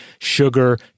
sugar